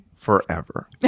Forever